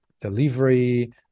delivery